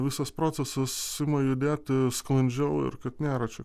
visas procesas ima judėti sklandžiau ir kad nėra čia